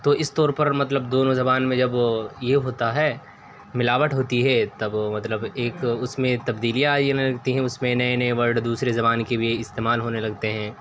تو اس طور پر مطلب دونوں زبان میں جب یہ ہوتا ہے ملاوٹ ہوتی ہے تب مطلب ایک اس میں تبدیلیاں آنے لگتی ہیں اس میں نئے نئے ورڈ دوسرے زبان کے بھی استعمال ہونے لگتے ہیں